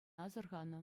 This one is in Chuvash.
асӑрханӑ